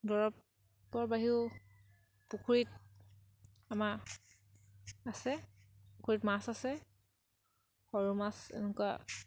দৰৱৰ বাহিৰেও পুখুৰীত আমাৰ আছে পুখুৰীত মাছ আছে সৰু মাছ এনেকুৱা